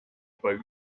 boat